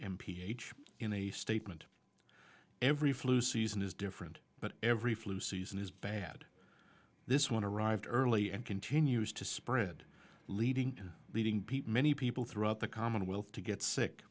m p h in a statement every flu season is different but every flu season is bad this one arrived early and continues to spread leading leading pete many people throughout the commonwealth to get sick